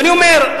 ואני אומר,